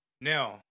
Now